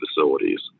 facilities